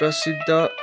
प्रसिद्ध